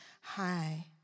High